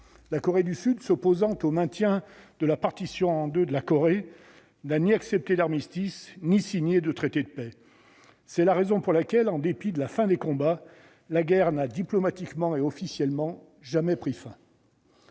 La Corée du Sud s'opposant au maintien de la partition en deux de la Corée n'a ni accepté l'armistice ni signé de traité de paix. C'est la raison pour laquelle, en dépit de la fin des combats, la guerre n'a diplomatiquement et officiellement jamais pris fin.